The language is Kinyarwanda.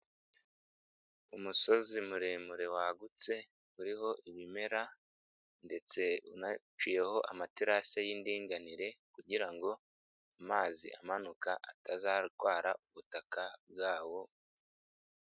Umusozi muremure wagutse uriho ibimera ndetse unaciyeho amaterasi y'indinganire kugira ngo amazi amanuka atazatwara ubutaka bwawo.